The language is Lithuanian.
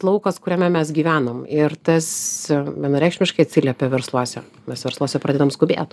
laukas kuriame mes gyvenom ir tas vienareikšmiškai atsiliepė versluose mes versluose pradedam skubėt